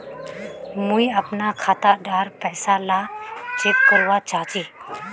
मुई अपना खाता डार पैसा ला चेक करवा चाहची?